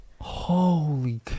Holy